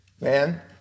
man